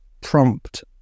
prompt